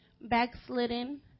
backslidden